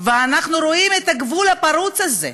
ואנחנו רואים את הגבול הפרוץ הזה.